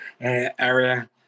area